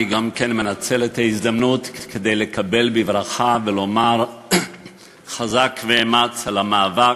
אני גם כן מנצל את ההזדמנות כדי לקבל בברכה ולומר "חזק ואמץ" על המאבק,